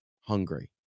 hungry